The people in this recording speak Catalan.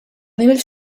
nivell